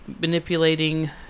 manipulating